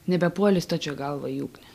nebepuoli stačia galva į ugnį